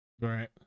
Right